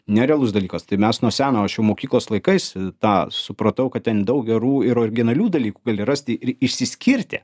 nerealus dalykas tai mes nuo seno aš jau mokyklos laikais tą supratau kad ten daug gerų ir originalių dalykų gali rasti ir išsiskirti